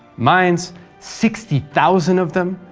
mines sixty thousand of them!